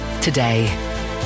today